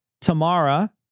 Tamara